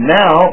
now